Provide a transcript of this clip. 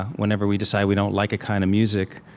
whenever we decide we don't like a kind of music,